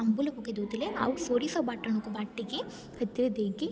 ଆମ୍ବୁଲ ପକେଇ ଦେଉଥିଲେ ଆଉ ସୋରିଷ ବାଟଣକୁ ବାଟିକି ସେଥିରେ ଦେଇକି